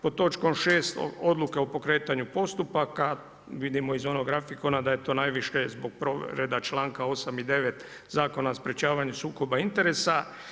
Pod točkom 6. odluke o pokretanje postupaka, vidimo iz onog grafikona, da je to najviše, zbog povrede članka 8. i 9. Zakona o sprječavanju sukoba interesa.